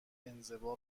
انزوا